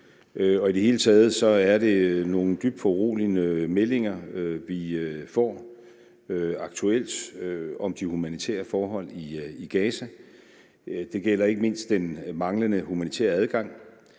I det hele taget er det nogle dybt foruroligende meldinger, vi får aktuelt om de humanitære forhold i Gaza. Det gælder ikke mindst den manglende humanitære adgang.